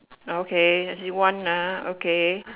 okay you want ah okay